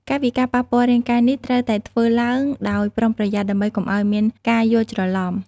កាយវិការប៉ះពាល់រាងកាយនេះត្រូវតែធ្វើឡើងដោយប្រុងប្រយ័ត្នដើម្បីកុំឲ្យមានការយល់ច្រឡំ។